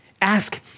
Ask